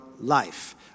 life